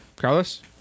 Carlos